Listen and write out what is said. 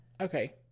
Okay